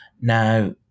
Now